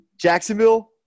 Jacksonville